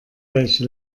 welche